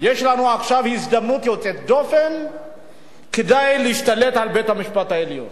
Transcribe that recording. יש לנו עכשיו הזדמנות יוצאת דופן כדי להשתלט על בית-המשפט העליון.